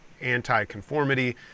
anti-conformity